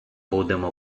будемо